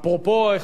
בדרכך,